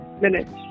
minutes